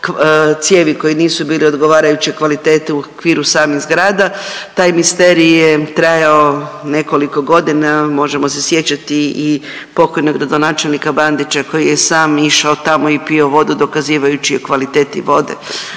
cijevi koje nisu bile odgovarajuće kvalitete u okviru samih zgrada, taj misterij je trajao nekoliko godina. Možemo se sjećati i pokojnog gradonačelnika Bandića koji je sam išao tamo i pio vodu dokazivajući o kvaliteti vode.